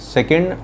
Second